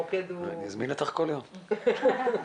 אם כן,